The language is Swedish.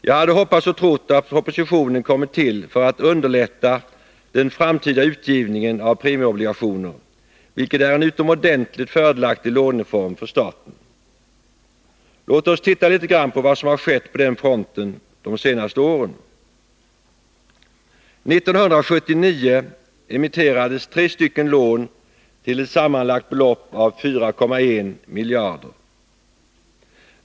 Jag hade hoppats och trott att propositionen kommit till för att underlätta den framtida utgivningen av premieobligationer, vilken är en utomordentligt fördelaktig låneform för staten. Låt oss titta litet grand på vad som har skett på den fronten de senaste åren. 1979 emitterades tre stycken lån till ett sammanlagt belopp av 4,1 miljard.